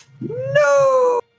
No